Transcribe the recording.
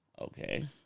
Okay